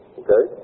okay